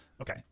Okay